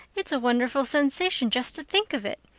it's a wonderful sensation just to think of it.